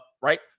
Right